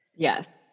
Yes